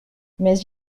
mais